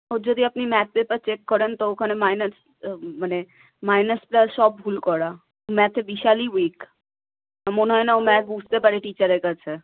ওর যদি আপনি math paper check করেন তো ওখানে মাইনাস মানে মাইনাস প্লাস সব ভুল করা ম্যাথে বিশালই উইক মনে হয় না ও ম্যাথ বুঝতে পারে টিচারের কাছে